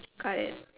car at